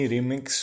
Remix